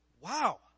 Wow